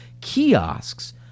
kiosks